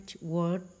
word